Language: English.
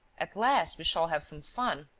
at last we shall have some fun!